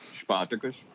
Spartacus